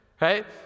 right